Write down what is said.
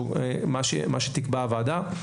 מה שתקבע הוועדה.